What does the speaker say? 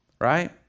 right